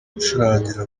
gucurangira